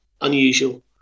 unusual